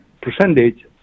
percentage